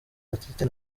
baptiste